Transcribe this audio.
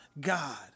God